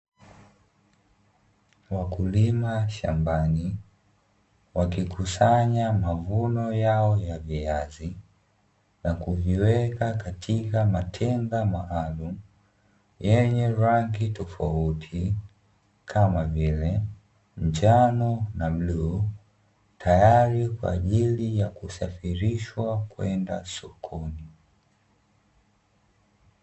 Wakulima shambani wakikusanya mavuno yao ya viazi na kuviweka katika matenga maalumu yenye rangi tofauti, kama vile njano na bluu tayari kwaajili ya kusafirishwa kwenda sokoni.